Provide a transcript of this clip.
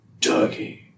Dougie